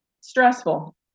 stressful